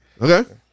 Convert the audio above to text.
Okay